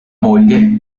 moglie